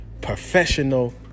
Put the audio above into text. professional